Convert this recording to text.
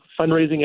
fundraising